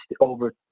over